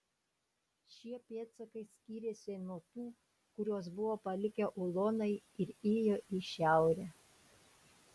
šie pėdsakai skyrėsi nuo tų kuriuos buvo palikę ulonai ir ėjo į šiaurę